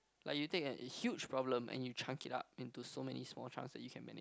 like you take a huge problem and you chunk it up into so many small chunks that you can manage